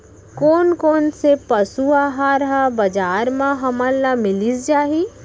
कोन कोन से पसु आहार ह बजार म हमन ल मिलिस जाही?